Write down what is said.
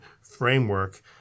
framework